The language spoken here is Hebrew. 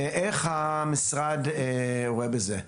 איך המשרד רואה את זה?